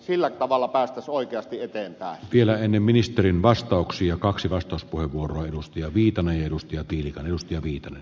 sillä tavalla päästäisiin oikeasti ei vielä ennen ministerin vastauksia kaksi vastus puheenvuoroja mustia viitanen edusti optiikan edustaja eteenpäin